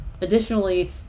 Additionally